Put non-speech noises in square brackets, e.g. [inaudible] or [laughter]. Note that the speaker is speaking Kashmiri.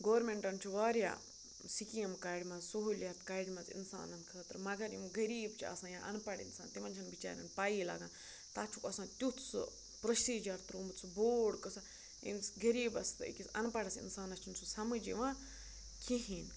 گورمٮ۪نٛٹَن چھُ وارِیاہ سِکیٖم کَڑِمژٕ سہوٗلیِت کَڑِمَژٕ اِنسانَن خٲطرٕ مگر یِم غریٖب چھِ آسان یا اَن پَڑھ اِنسان تِمَن چھَنہٕ بِچارٮ۪ن پَیی لَگان تَتھ چھُکھ آسان تیُتھ سُہ پرٛوسیٖجر ترٛوومُت سُہ بوڈ قٕصہ [unintelligible] غریٖبَس تہٕ أکِس اَن پَڑس اِنسانَس چھُنہٕ سُہ سَمٕجھ یِوان کِہیٖنۍ